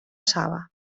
saba